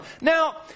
Now